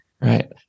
Right